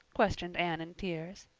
questioned anne in tears.